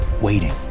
waiting